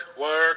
Work